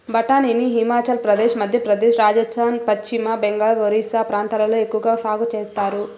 బఠానీని హిమాచల్ ప్రదేశ్, మధ్యప్రదేశ్, రాజస్థాన్, పశ్చిమ బెంగాల్, ఒరిస్సా ప్రాంతాలలో ఎక్కవగా సాగు చేత్తారు